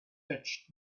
touched